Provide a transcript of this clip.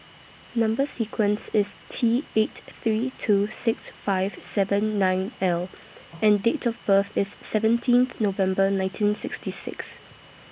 Number sequence IS T eight three two six five seven nine L and Date of birth IS seventeenth November nineteen sixty six